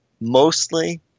mostly